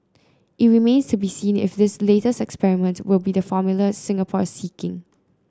it remains to be seen if this later experiment will be the formula Singapore is seeking